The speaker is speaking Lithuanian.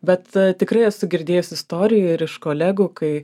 bet tikrai esu girdėjus istorijų ir iš kolegų kai